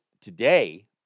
today